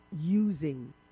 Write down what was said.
using